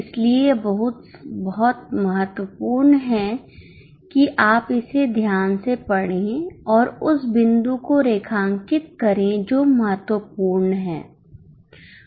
इसलिए यह बहुत महत्वपूर्ण है कि आप इसे ध्यान से पढ़ें और उस बिंदु को रेखांकित करें जो महत्वपूर्ण है